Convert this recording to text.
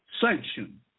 sanction